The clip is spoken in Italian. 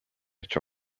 ciò